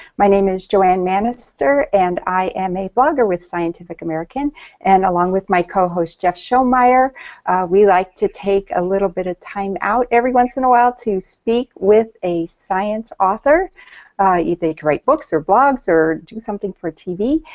my name is joanne manaster and i am a blogger with scientific american and along with my cohost jeff shaumeyer we like to take a little bit of time out every once and a while to speak with a science author of either great books or blogs or just something for tv,